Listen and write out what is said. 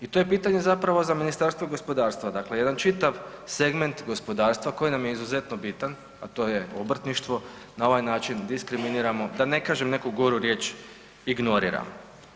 I to je pitanje za Ministarstvo gospodarstva, dakle jedan čitav segment gospodarstva koji nam je izuzetno bitan, a to je obrtništvo, na ovaj način diskriminiramo da ne kažem neku goru riječ ignoriramo.